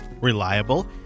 reliable